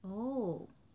oh